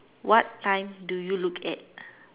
what time do you look at